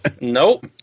Nope